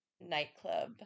nightclub